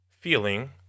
feeling